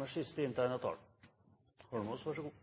Det at man også diskuterer spørsmålet om islam i denne debatten, er det jo faktisk forslagsstillerne som